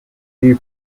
dew